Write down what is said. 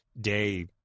day